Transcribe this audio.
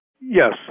Yes